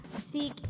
Seek